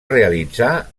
realitzar